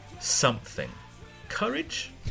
something—courage